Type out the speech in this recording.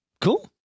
Cool